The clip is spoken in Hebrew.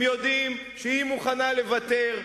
הם יודעים שהיא מוכנה לוותר,